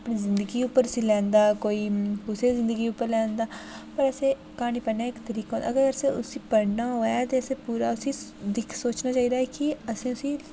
अपनी जिंदगी उप्पर उसी लैंदा ऐ कोई कुसै दी जिंदगी उप्पर लैंदा पर क्हानी पढ़ने दा इक तरीका अगर असें उसी पढ़ना होऐ ते अस उसी पूरा उसी दिक्खी सोचना चाहि्दा ऐ कि असें उसी